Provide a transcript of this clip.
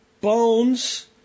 Bones